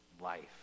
life